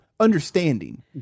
Understanding